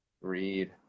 Read